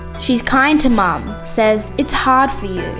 she is kind to mum, says it's hard for you.